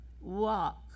Walk